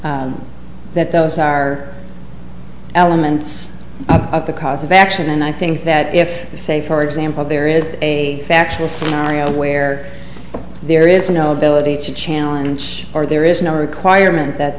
say that those are elements of the cause of action and i think that if you say for example there is a factual scenario where there is no ability to challenge or there is no requirement that